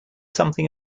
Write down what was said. something